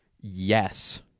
yes